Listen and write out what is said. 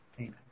amen